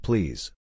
Please